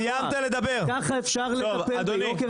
--- ככה אפשר לטפל ביוקר המחייה --- אדוני,